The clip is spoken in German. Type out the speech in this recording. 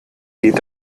geht